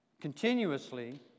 continuously